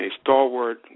stalwart